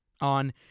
on